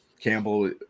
Campbell